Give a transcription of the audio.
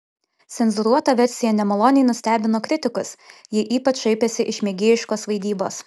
cenzūruota versija nemaloniai nustebino kritikus jie ypač šaipėsi iš mėgėjiškos vaidybos